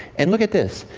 and look at this.